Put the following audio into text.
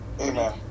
Amen